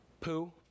poo